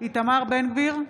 איתמר בן גביר,